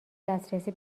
دسترسی